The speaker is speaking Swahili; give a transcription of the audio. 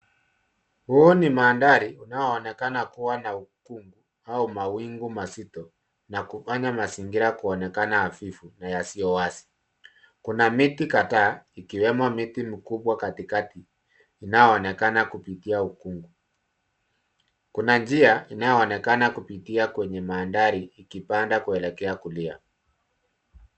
Huu ni mandhari unaoonekana kuwa na ukungu au mawingu mazito na kufanya mazingira kuonekana hafifu na yasiyo wazi. Kuna miti kadhaa ikiwemo mti mkubwa katikati inayoonekana kupitia ukungu. Kuna njia inayoonekana kupitia kwenye mandhari ikipanda kuelekea kulia.